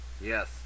Yes